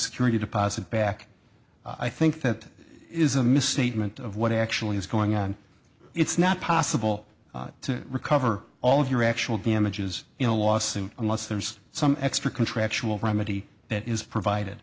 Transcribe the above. security deposit back i think that is a misstatement of what actually is going on it's not possible to recover all of your actual damages in a lawsuit unless there's some extra contractual remedy that is provided